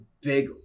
big